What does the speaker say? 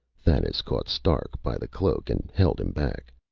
thanis caught stark by the cloak and held him back.